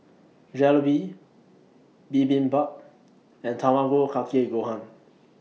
Jalebi Bibimbap and Tamago Kake Gohan